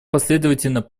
последовательно